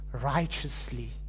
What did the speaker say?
righteously